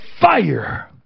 fire